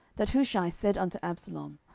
that hushai said unto absalom,